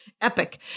epic